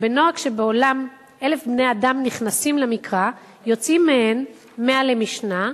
"בנוהג שבעולם אלף בני-אדם נכנסין למקרא יוצאין מהן מאה למשנה,